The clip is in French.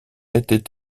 étaient